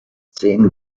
zehn